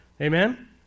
Amen